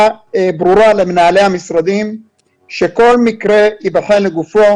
ברורה למנהלי המשרדים שכל מקרה ייבחן לגופו.